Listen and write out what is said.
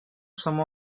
some